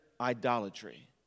idolatry